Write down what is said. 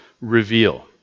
reveal